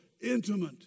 intimate